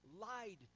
lied